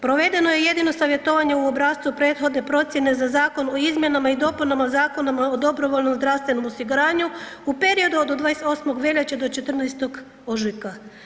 Provedeno je jedino savjetovanje u obrascu prethodne procijene za Zakon o izmjenama i dopunama Zakona o dobrovoljnom zdravstvenom osiguranju u periodu od 28. veljače do 14. ožujka.